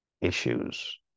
issues